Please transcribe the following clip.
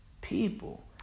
people